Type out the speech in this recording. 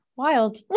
wild